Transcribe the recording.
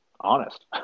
honest